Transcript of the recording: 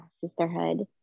sisterhood